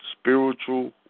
Spiritual